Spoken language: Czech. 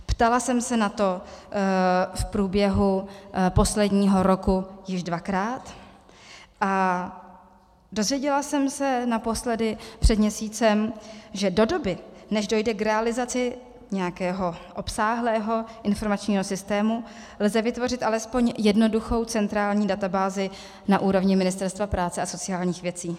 Ptala jsem se na to v průběhu posledního roku již dvakrát a dozvěděla jsem se naposledy před měsícem, že do doby, než dojde k realizaci nějakého obsáhlého informačního systému, lze vytvořit alespoň jednoduchou centrální databázi na úrovni Ministerstva práce a sociálních věcí.